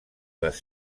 les